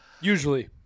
usually